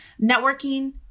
Networking